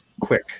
quick